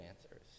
answers